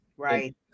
Right